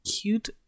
cute